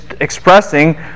expressing